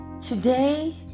Today